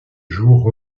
jour